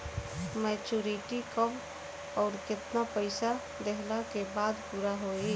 Maturity कब आउर केतना पईसा देहला के बाद पूरा होई?